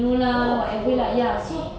oh cool okay